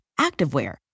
activewear